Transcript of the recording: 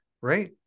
Right